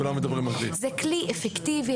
זה כלי הרתעתי אפקטיבי.